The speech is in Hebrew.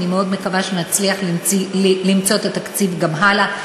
ואני מאוד מקווה שנצליח למצוא את התקציב גם הלאה.